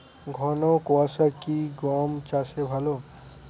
ঘন কোয়াশা কি গম চাষে ভালো?